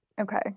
Okay